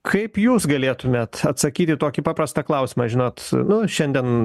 kaip jūs galėtumėt atsakyt į tokį paprastą klausimą žinot nu šiandien